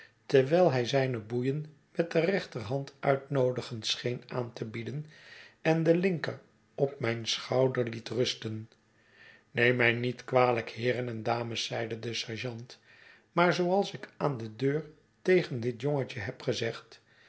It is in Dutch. terwijl hij zijne boeien met de rechterhand uitnoodigend scheen aan te bieden en de linker op mijn schouder liet rusten neem mij niet kwalijk heeren en dames zeide de sergeant maar zooals ik aandedeur tegen dit jongetje heb gezegd